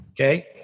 okay